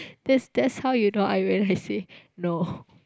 that's that's how you know I realising no